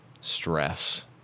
stress